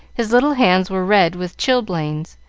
his little hands were red with chilblains,